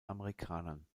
amerikanern